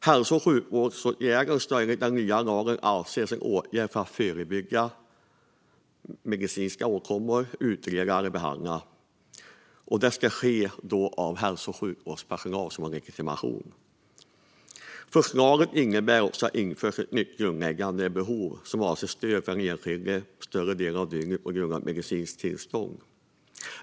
Hälso och sjukvårdsåtgärden ska enligt den nya lagen avses vara en åtgärd för att medicinskt förebygga åkommor eller för att utreda eller behandla. Detta ska göras av hälso och sjukvårdspersonal som har legitimation. Förslaget innebär också att det införs ett nytt grundläggande behov. Detta avser stöd för den enskilde under större delen av dygnet på grund av ett medicinskt tillstånd.